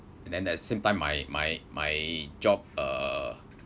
and then at the same time my my my job uh